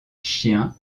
chiens